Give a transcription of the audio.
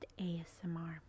ASMR